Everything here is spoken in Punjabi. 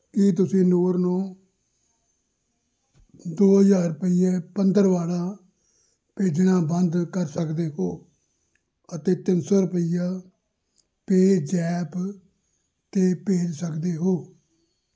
ਕੀ ਤੁਸੀਂ ਨੂਰ ਨੂੰ ਦੋ ਹਜ਼ਾਰ ਰੁਪਈਏ ਪੰਦਰਵਾੜਾ ਭੇਜਣਾ ਬੰਦ ਕਰ ਸਕਦੇ ਹੋ ਅਤੇ ਤਿੰਨ ਸੌ ਰੁਪਈਆ ਪੇਜ਼ੈਪ 'ਤੇ ਭੇਜ ਸਕਦੇ ਹੋ